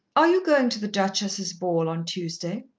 are you going to the duchess's ball on tuesday?